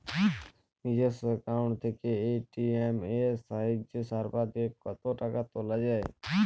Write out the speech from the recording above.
নিজস্ব অ্যাকাউন্ট থেকে এ.টি.এম এর সাহায্যে সর্বাধিক কতো টাকা তোলা যায়?